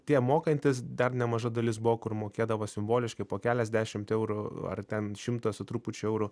tie mokantys dar nemaža dalis buvo kur mokėdavo simboliškai po keliasdešimt eurų ar ten šimtą su trupučiu eurų